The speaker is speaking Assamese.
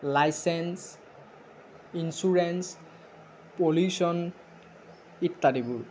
লাইচেঞ্চ ইনছুৰেঞ্চ পলিয়ুশ্ৱন ইত্যাদিবোৰ